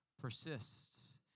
persists